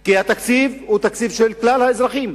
כי התקציב הוא תקציב של כלל האזרחים,